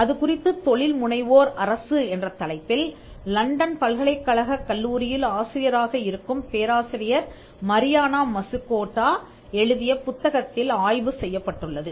அது குறித்துத் தொழில் முனைவோர் அரசு என்ற தலைப்பில் லண்டன் பல்கலைக்கழக கல்லூரியில் ஆசிரியராக இருக்கும் பேராசிரியர் மரியானா மசுகாட்டோ எழுதிய புத்தகத்தில் ஆய்வு செய்யப்பட்டுள்ளது